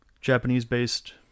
Japanese-based